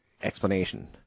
explanation